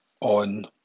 on